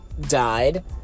died